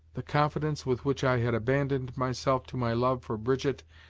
the confidence with which i had abandoned myself to my love for brigitte,